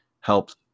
helped